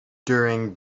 during